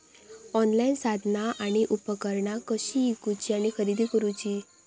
Online साधना आणि उपकरणा कशी ईकूची आणि खरेदी करुची?